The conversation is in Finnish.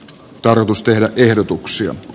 perusteena ehdotuksia